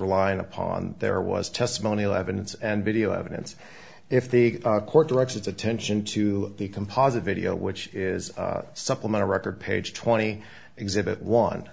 relying upon there was testimonial evidence and video evidence if the court direct its attention to the composite video which is supplemental record page twenty exhibit one